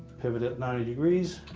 pivot it ninety degrees,